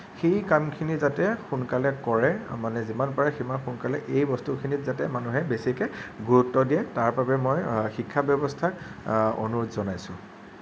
সেই কামখিনি যাতে সোনকালে কৰে মানে যিমান পাৰে সিমান সোনকালে এই বস্তুখিনিত যাতে মানুহে বেছিকে গুৰুত্ব দিয়ে তাৰবাবে মই শিক্ষা ব্যৱস্থাক অনুৰোধ জনাইছোঁ